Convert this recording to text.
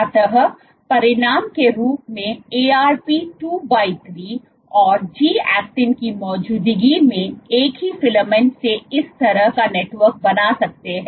अतः परिणाम के रूप में आप Arp 23 और G actin की मौजूदगी में एक ही फिलामेंट से इस तरह का नेटवर्क बना सकते हैं